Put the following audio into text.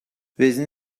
wissen